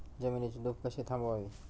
जमिनीची धूप कशी थांबवावी?